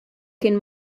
kien